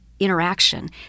interaction